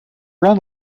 ran